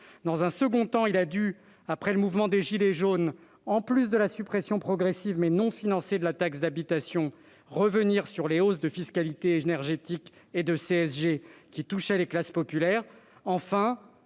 Dans un second temps, il a dû, après le mouvement des " gilets jaunes ", en plus de la suppression progressive, mais non financée, de la taxe d'habitation, revenir sur les hausses de fiscalité énergétique et de contribution sociale généralisée,